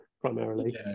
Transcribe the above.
primarily